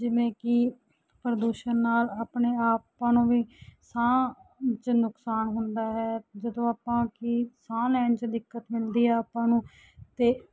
ਜਿਵੇਂ ਕਿ ਪ੍ਰਦੂਸ਼ਣ ਨਾਲ ਆਪਣੇ ਆਪਾਂ ਨੂੰ ਵੀ ਸਾਹ 'ਚ ਨੁਕਸਾਨ ਹੁੰਦਾ ਹੈ ਜਦੋਂ ਆਪਾਂ ਕਿ ਸਾਹ ਲੈਣ 'ਚ ਦਿੱਕਤ ਮਿਲਦੀ ਹੈ ਆਪਾਂ ਨੂੰ ਅਤੇ